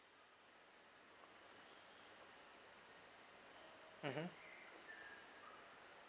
mmhmm